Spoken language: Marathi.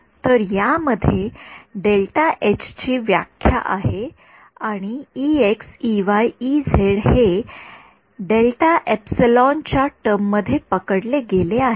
तर यामध्ये ची व्याख्या आहे आणि हे च्या टर्म मध्ये पकडले गेले आहेत